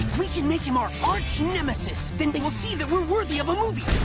we can make him our arch nemesis, then they will see that we're worthy of a movie.